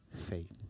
faith